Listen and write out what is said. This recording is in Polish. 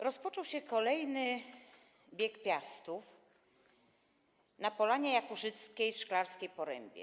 Rozpoczął się kolejny Bieg Piastów na Polanie Jakuszyckiej w Szklarskiej Porębie.